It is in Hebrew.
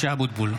(קורא בשמות חברי הכנסת) משה אבוטבול,